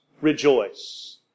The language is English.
rejoice